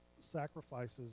sacrifices